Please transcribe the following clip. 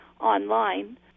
online